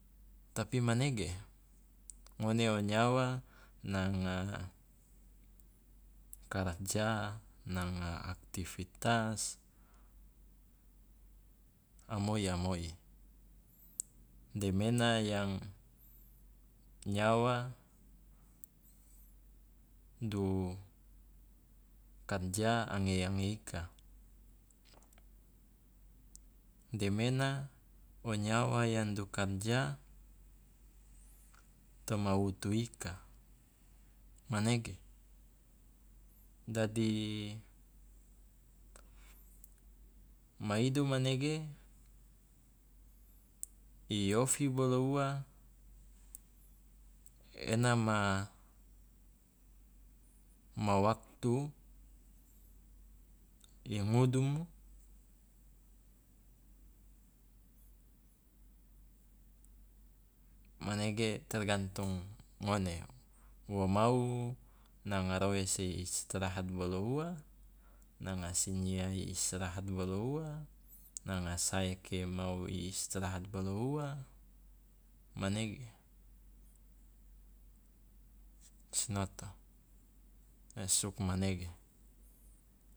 Tapi manege ngone o nyawa nanga karja, nanga aktivitas amoi amoi, demena yang nyawa du karja ange ange ika, demena o nyawa yang du karja toma wutu ika manege, dadi maidu manege i ofi bolo ua ena ma ma waktu i ngudumu manege tergantung ngone wo mau nanga roese i istrahat bolo ua, nanga sinyia i istrahat bolo ua, nanga saeke mau i istrahat bolo ua manege, sinoto e sugmanege.